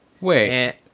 Wait